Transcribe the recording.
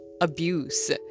abuse